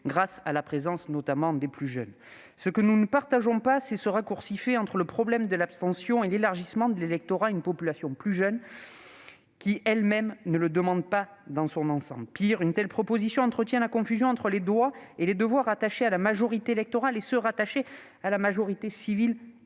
grâce à la présence de ces jeunes. Ce que nous ne partageons pas, c'est le raccourci entre le problème de l'abstention et l'élargissement de l'électorat à une population plus jeune, qui elle-même ne le demande pas. Pire, une telle proposition entretient la confusion entre les droits et devoirs rattachés à la majorité électorale et ceux rattachés à la majorité civile et pénale.